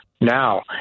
now